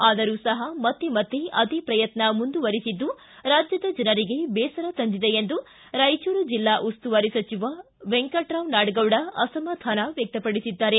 ಆದರೂ ಸಪ ಮತ್ತೆ ಮತ್ತೆ ಅದೇ ಪ್ರಯತ್ನ ಮುಂದುವರೆಸಿದ್ದು ರಾಜ್ಯದ ಜನರಿಗೆ ಬೇಸರ ತಂದಿದೆ ಎಂದು ರಾಯಚೂರು ಜಿಲ್ಲಾ ಉಸ್ತುವಾರಿ ಸಚಿವ ವೆಂಕಟರಾವ ನಾಡಗೌಡ ಅಸಮಾಧಾನ ವ್ಯಕ್ತಪಡಿಸಿದ್ದಾರೆ